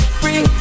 free